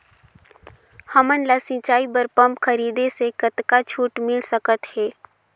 हमन ला सिंचाई बर पंप खरीदे से कतका छूट मिल सकत हे?